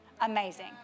Amazing